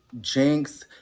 Jinx